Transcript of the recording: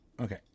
Okay